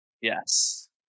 yes